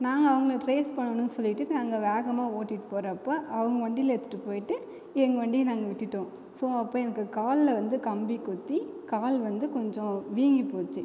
நாங்கள் அவங்க டிரேஸ் பண்ணணும் சொல்லிட்டு நாங்கள் வேகமாக ஓட்டிகிட்டு போகிறப்ப அவங்க வண்டியில் எடுத்துகிட்டு போயிட்டு எங்கள் வண்டியை நாங்கள் விட்டுட்டோம் ஸோ அப்போது எனக்கு காலில் வந்து கம்பி குத்தி கால் வந்து கொஞ்சம் வீங்கி போச்சு